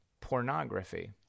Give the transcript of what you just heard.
pornography